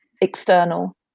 external